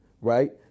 right